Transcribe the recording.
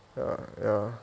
ya ya